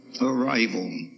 arrival